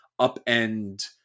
upend